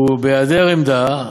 בהיעדר עמדה,